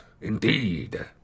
indeed